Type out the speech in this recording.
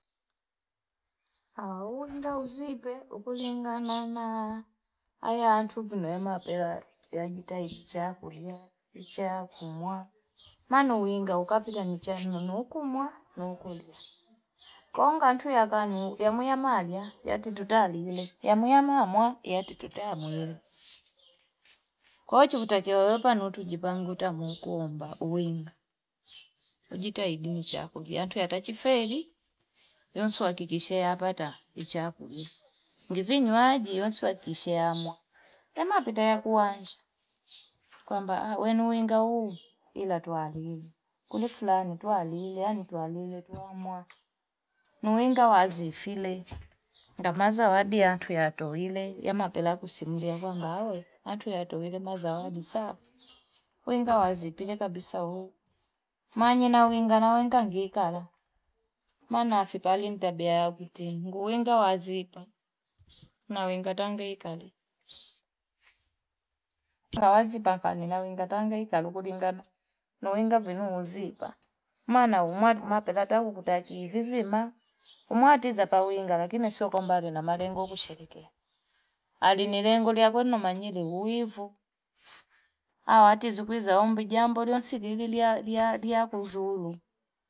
Aaa une uzipe ukulingana na haya ntu kuni mapela yajitahidi chakuli, nchakumwa nano uwinga ukumwa ngonga ntu yakanu yamu ya malya yatututalile, yamu ya mwamwa yatu tutamwile. kwahiyo yechu tutakiwe wepanu we tujipange utamukumba uwinga kujitahidi ni chakuliya watu atachi feli yonso akikishie yapata ichakulilangivinywaaji wansuakishe amwa namapita yekuanza kwamba wenu wingawu ilatwalui kula falai yan twalile twama, nuinga wazi file ngama zawadi natua tuile yamapela kusimulia kwamba atutatuile mazao abisaa wenga wazi kulye kabisa. manye awinga na wenga ngikala manafa fipali tabia yakuti uwinga wazizanawenga tanguikali, ngawazi papi nawenga tanguika nikubinga. Hapuhitakia, iyon siati kushilikia kuliyanoya kushilikia oku wa mani, kunu yali namarengo yao. Koho uwinga, ukutu uinga, uazipa. mana umwanu mape twalukuta tivi zima mwati si kawinga lakini sio kwamba namalengo kusherekea alinilengelekea ukulingulia manyele uwivu, aawati sikuhizi awombi jambo nlio silivilia lia lia kwa uzuni.